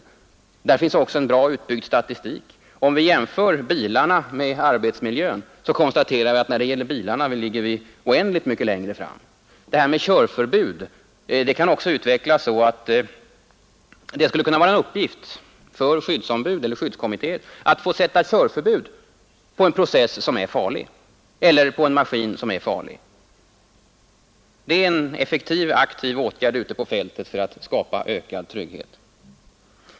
För våra bilar finns det också en väl utbyggd statistik. Vid en jämförelse mellan biltrafiken och arbetsmiljön konstaterar vi att vi när det gäller bilarna ligger oändligt mycket längre fram. Man skulle kunna utveckla tekniken med körförbud så att det blir en uppgift för skyddsombud eller skyddskommittéer att belägga en farlig process eller maskin med körförbud. Det är en verkningsfull aktiv åtgärd ute på fältet för att skapa ökad trygghet.